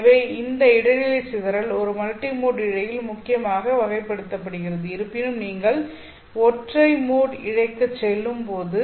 எனவே இந்த இடைநிலை சிதறல் ஒரு மல்டிமோட் இழையில் முக்கியமாக வகைப்படுத்தப்படுகிறது இருப்பினும் நீங்கள் ஒற்றை மோட் இழைக்குச் செல்லும்போது